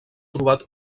trobat